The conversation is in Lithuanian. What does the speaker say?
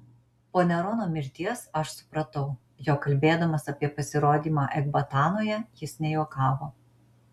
po nerono mirties aš supratau jog kalbėdamas apie pasirodymą ekbatanoje jis nejuokavo